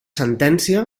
sentència